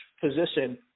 position